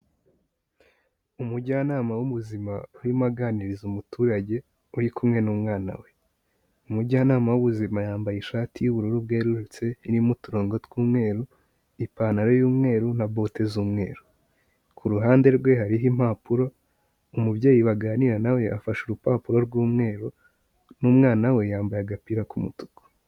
Umujyanama w'ubuzima urimo aganiriza umuturage uri kumwe n'umwana we. Umujyanama w'ubuzima yambaye ishati y'ubururu bwerurutse irimo uturongo tw'umweru, ipantaro y'umweru, na bote z'umweru. Ku ruhande rwe hariho impapuro, umubyeyi baganira na we afashe urupapuro rw'umweru, n'umwana we yambaye agapira k'umutuku.